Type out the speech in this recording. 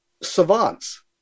savants